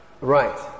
Right